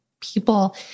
people